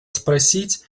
спросить